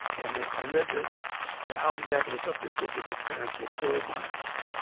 and i ah read the the album jacket as something said that his parents were coal miners.